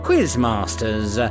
Quizmasters